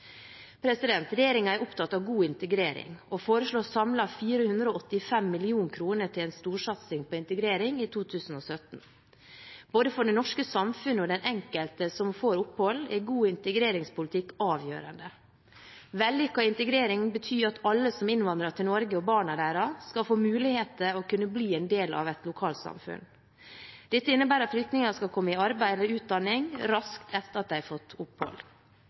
er opptatt av god integrering og foreslår samlet 485 mill. kr til en storsatsing på integrering i 2017. Både for det norske samfunnet og den enkelte som får opphold, er god integreringspolitikk avgjørende. Vellykket integrering betyr at alle som innvandrer til Norge, og barna deres skal få muligheter og kunne bli en del av et lokalsamfunn. Dette innebærer at flyktninger skal komme i arbeid eller utdanning raskt etter at de har fått opphold.